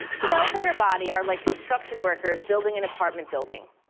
cells in your body are like construction workers building an apartment building.